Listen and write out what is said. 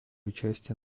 участия